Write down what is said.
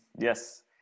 Yes